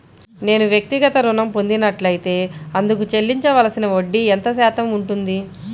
నేను వ్యక్తిగత ఋణం పొందినట్లైతే అందుకు చెల్లించవలసిన వడ్డీ ఎంత శాతం ఉంటుంది?